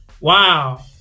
Wow